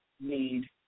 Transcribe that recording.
need